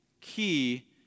key